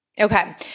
Okay